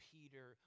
Peter